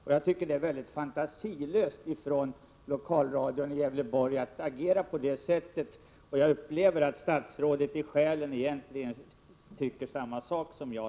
Att agera på detta sätt är mycket fantasilöst av lokalradion i Gävleborg. Jag upplever att statsrådet egentligen i själen tycker likadant som jag.